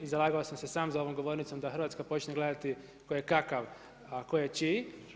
Zalagao sam se sam za ovom govornicom da Hrvatska počne gledati tko je kakav, a tko je čiji.